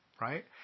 right